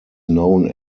known